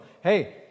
hey